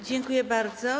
Dziękuję bardzo.